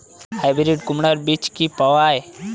Hybrid কুমড়ার বীজ কি পাওয়া য়ায়?